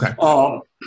Okay